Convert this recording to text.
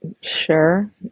sure